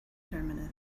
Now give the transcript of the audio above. terminus